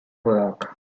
work